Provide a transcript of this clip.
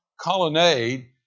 colonnade